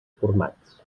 formats